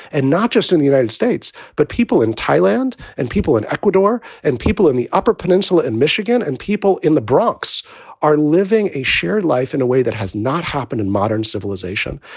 and not just in the united states, but people in thailand and people in ecuador and people in the upper peninsula in michigan and people in the bronx are living a shared life in a way that has not happened in modern civilization.